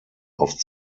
auf